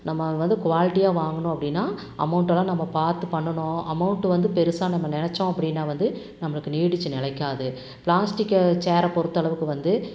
நம்ம வந்து குவாலிட்டியாக வாங்கணும் அப்படினா அமௌண்ட் எல்லாம் நம்ம பார்த்து பண்ணணும் அமௌண்ட் வந்து பெருசாக நம்ம நினச்சோம் அப்படினா வந்து நம்மளுக்கு நீடிச்சு நிலைக்காது பிளாஸ்டிக் சேர் பொறுத்த அளவுக்கு வந்து